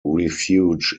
refuge